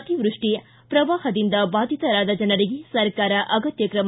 ಅತಿವೃಷ್ಷಿ ಪ್ರವಾಹದಿಂದ ಬಾಧಿತರಾದ ಜನರಿಗೆ ಸರ್ಕಾರ ಅಗತ್ಯ ಕ್ರಮ